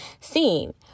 Seen